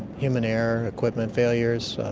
human error, equipment failures,